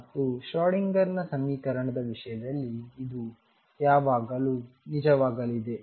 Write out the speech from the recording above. ಮತ್ತು ಶ್ರೊಡಿಂಗರ್Schrödingerನ ಸಮೀಕರಣದ ವಿಷಯದಲ್ಲಿ ಇದು ಯಾವಾಗಲೂ ನಿಜವಾಗಲಿದೆ